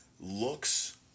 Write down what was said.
looks